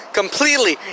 completely